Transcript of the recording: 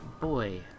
boy